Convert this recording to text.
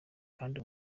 kandi